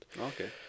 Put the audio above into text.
Okay